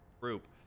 group